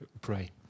pray